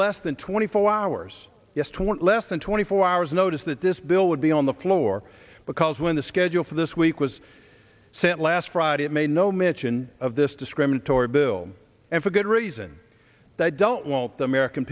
less than twenty four hours just want less than twenty four hours notice that this bill would be on the floor because when the schedule for this week was set last friday it may no michonne of this discriminatory bill and for good reason that don't want the american